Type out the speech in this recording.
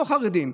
לא חרדים,